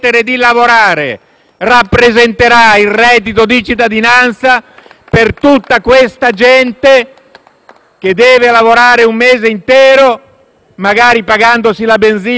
rappresenterà il reddito di cittadinanza per tutta questa gente che deve lavorare un mese intero, magari pagandosi la benzina e la trasferta,